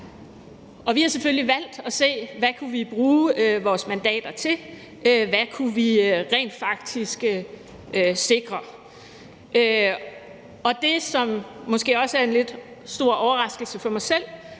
Vi har selvfølgelig valgt at se på, hvad vi kunne bruge vores mandater til, og hvad vi rent faktisk kunne sikre. Det, som måske også er en lidt stor overraskelse for mig selv,